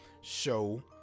show